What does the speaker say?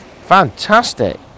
fantastic